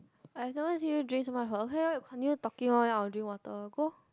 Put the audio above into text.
I don't want to see you drink so much water okay ah you continue talking hor then I will drink water go